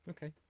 Okay